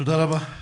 תודה רבה.